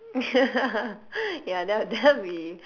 ya ya that that that'd be